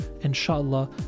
inshallah